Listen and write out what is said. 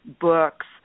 books